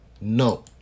no